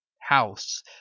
House